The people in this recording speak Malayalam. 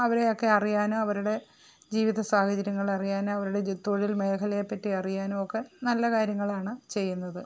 അവരെയൊക്കെ അറിയാനും അവരുടെ ജീവിതസാഹചര്യങ്ങളറിയാനും അവരുടെ ജി തൊഴിൽ മേഖലയെ പറ്റിയറിയാനുവൊക്കെ നല്ല കാര്യങ്ങളാണ് ചെയ്യുന്നത്